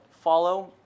follow